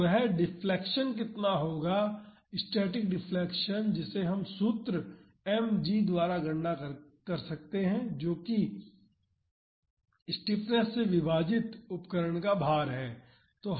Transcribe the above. तो वह डिफ्लेक्शन कितना होगा स्टैटिक डिफ्लेक्शन जिसे हम सूत्र m g द्वारा गणना कर सकते हैं जो कि स्टिफनेस से विभाजित उपकरण का भार है